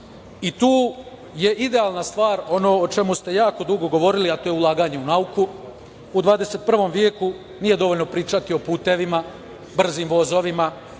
je idealna stvar ono o čemu ste jako dugo govorili, a to je ulaganje u nauku. U 21. veku nije dovoljno pričati o putevima, brzim vozovima,